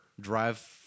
drive